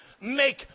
make